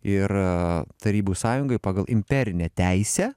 ir tarybų sąjungai pagal imperinę teisę